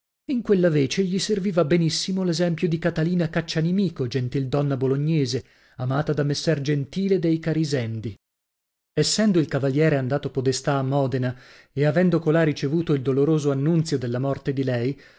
in quella vece gli serviva benissimo l'esempio di catalina caccianimico gentildonna bolognese amata da messer gentile dei carisendi essendo il cavaliere andato podestà a modena e avendo colà ricevuto il doloroso annunzio della morte di lei